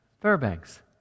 Fairbanks